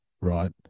right